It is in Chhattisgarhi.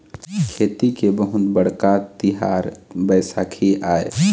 खेती के बहुत बड़का तिहार बइसाखी आय